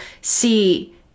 see